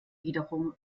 wiederum